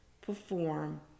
perform